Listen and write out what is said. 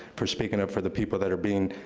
for speaking up for the people that are being,